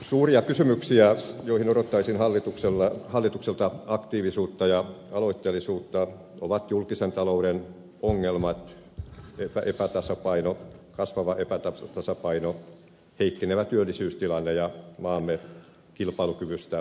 suuria kysymyksiä joihin odottaisin hallitukselta aktiivisuutta ja aloitteellisuutta ovat julkisen talouden ongelmat epätasapaino kasvava epätasapaino heikkenevä työllisyystilanne ja maamme kilpailukyvystä huolehtiminen